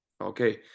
okay